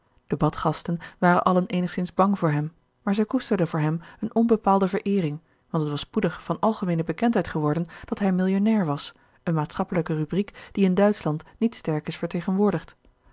de badgasten waren allen eenigzins bang voor hem gerard keller het testament van mevrouw de tonnette maar zij koesterden voor hem eene onbepaalde vereering want het was spoedig van algemeene bekendheid geworden dat hij millionnair was eene maatschappelijke rubriek die in duitschland niet sterk is vertegenwoordigd